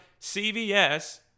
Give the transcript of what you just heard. CVS